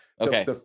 Okay